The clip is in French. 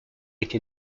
été